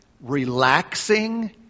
relaxing